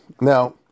Now